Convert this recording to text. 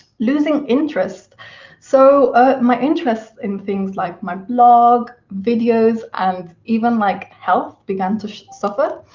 losing interest so my interest in things like my blog, videos, and even like health began to suffer.